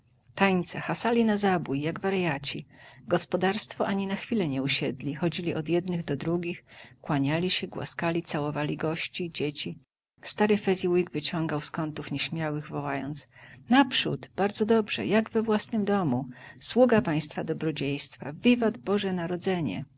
tańce hasali na zabój jak warjaci gospodarstwo ani na chwilę nie usiedli chodzili od jednych do drugich kłaniali się głaskali całowali gości dzieci stary fezziwig wyciągał z kątów nieśmiałych wołając naprzód bardzo dobrze jak we własnym domu sługa państwa dobrodziejstwa wiwat boże narodzenie